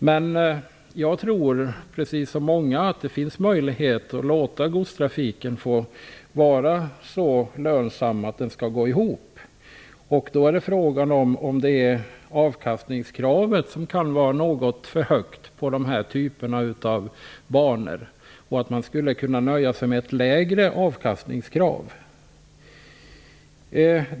Men jag, precis som många andra, tror att det finns möjlighet att låta godstrafiken vara lönsam. Då är frågan om avkastningskravet kan vara något för högt på dessa typer av banor och att man skulle kunna nöja sig med ett lägre avkastningskrav.